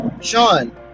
Sean